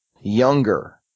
younger